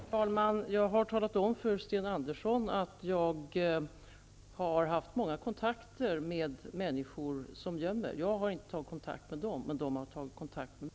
Herr talman! Jag har talat om för Sten Andersson i Malmö att jag har haft många kontakter med människor som gömmer. Jag har inte tagit kontakt med dem, men de har tagit kontakt med mig.